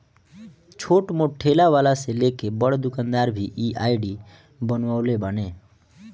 छोट मोट ठेला वाला से लेके बड़ दुकानदार भी इ आई.डी बनवले बाने